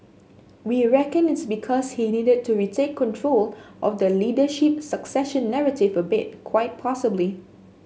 we reckon it's because he needed to retake control of the leadership succession narrative a bit quite possibly